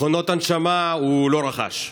מכונות הנשמה הוא לא רכש,